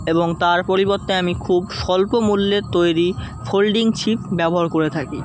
এবং তার পরিবর্তে আমি খুব স্বল্প মূল্যের তৈরি ফোল্ডিং ছিপ ব্যবহার করে থাকি